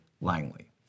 Langley